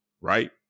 right